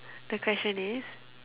the question is